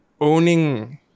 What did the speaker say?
owning